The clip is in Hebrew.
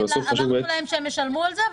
אבל אמרנו להם שהם ישלמו על זה,